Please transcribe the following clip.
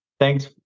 Thanks